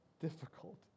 difficult